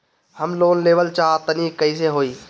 हम लोन लेवल चाह तानि कइसे होई?